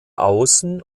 außen